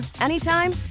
anytime